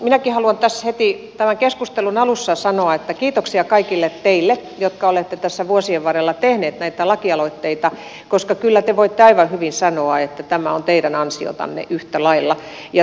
minäkin haluan tässä heti tämän keskustelun alussa sanoa että kiitoksia kaikille teille jotka olette tässä vuosien varrella tehneet näitä lakialoitteita koska kyllä te voitte aivan hyvin sanoa että tämä on teidän ansiotanne yhtä lailla